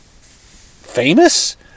famous